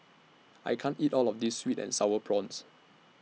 I can't eat All of This Sweet and Sour Prawns